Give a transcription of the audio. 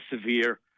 severe